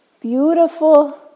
beautiful